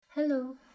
Hello